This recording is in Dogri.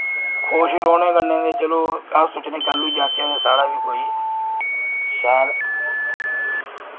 खुश रौह्ने कन्नै ते चलो अस सोचने कैलूं जाह्चै ते साढ़ा बी कोई शैल